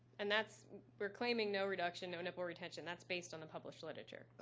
and that's we're claiming no reduction, no nipple retention that's based on the published literature.